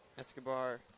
Escobar